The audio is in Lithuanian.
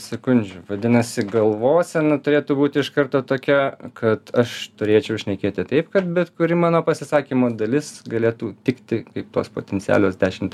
sekundžių vadinasi galvosena turėtų būti iš karto tokia kad aš turėčiau šnekėti taip kad bet kuri mano pasisakymo dalis galėtų tikti kaip tos potencialios dešimt